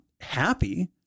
happy